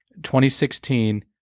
2016